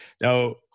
Now